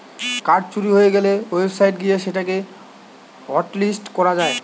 card চুরি হয়ে গ্যালে ওয়েবসাইট গিয়ে সেটা কে হটলিস্ট করা যায়